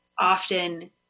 often